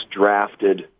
drafted